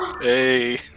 Hey